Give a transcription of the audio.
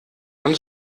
von